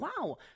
wow